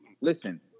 Listen